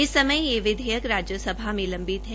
इस समय यह विधेयक राज्यसभा में लम्बित है